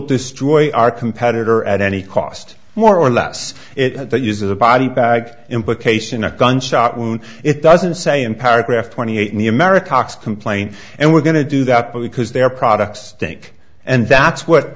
destroy our competitor at any cost more or less it had the use of the body bag implication a gunshot wound it doesn't say in paragraph twenty eight in the america ox complaint and we're going to do that because their products stink and that's what